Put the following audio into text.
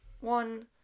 one